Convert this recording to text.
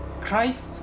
Christ